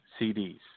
CDs